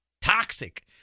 toxic